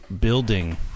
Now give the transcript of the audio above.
building